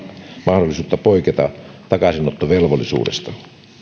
mahdollisuutta poiketa takaisinottovelvollisuudesta